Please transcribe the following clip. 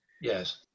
Yes